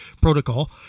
protocol